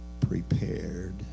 prepared